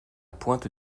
pointe